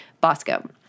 Bosco